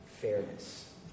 Fairness